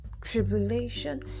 tribulation